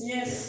Yes